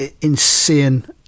insane